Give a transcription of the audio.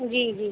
जी जी